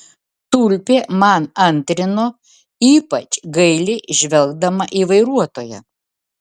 tulpė man antrino ypač gailiai žvelgdama į vairuotoją